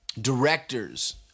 directors